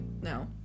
no